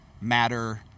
matter